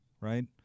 right